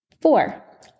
Four